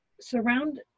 surround